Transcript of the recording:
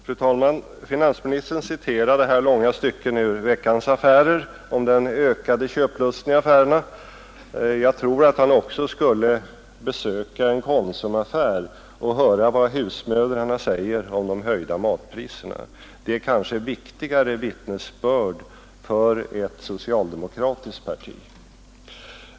Fru talman! Finansministern citerade långa stycken ur Veckans Affärer om den ökade köplusten i affärerna. Jag tror att han också skulle besöka en konsumaffär och höra vad husmödrarna säger om de höjda matpriserna. Det är kanske ett viktigare vittnesbörd för ett socialdemokratiskt parti.